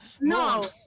No